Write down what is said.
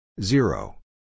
Zero